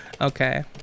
Okay